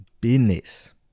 business